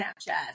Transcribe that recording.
Snapchat